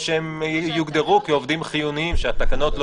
או שהם יוגדרו כעובדים חיוניים שהתקנות לא